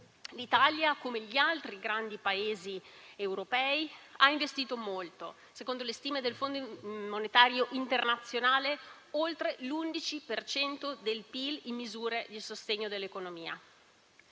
L'Italia, come gli altri grandi Paesi europei, ha investito molto, secondo le stime del Fondo monetario internazionale, oltre l'11 per cento del PIL in misure di sostegno dell'economia.